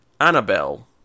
Annabelle